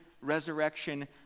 resurrection